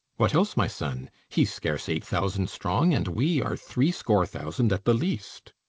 what else, my son? he's scarce eight thousand strong, and we are threescore thousand at the least.